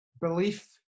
belief